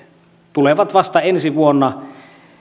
tulevat vasta ensi vuonna